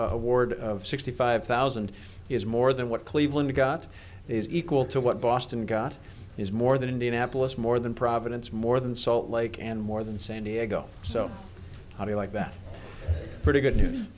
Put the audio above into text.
award of sixty five thousand is more than what cleveland got is equal to what boston got is more than indianapolis more than providence more than salt lake and more than san diego so how do you like that pretty good news